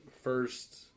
first